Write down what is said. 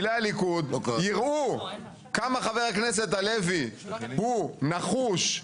הרי פעילי הליכוד יראו כמה חבר הכנסת הלוי הוא נחוש,